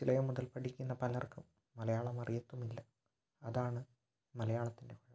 കൊച്ചിലേ മുതല് പഠിക്കുന്ന പലര്ക്കും മലയാളം അറിയത്തുമില്ല അതാണ് മലയാളത്തിന്റെ